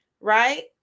right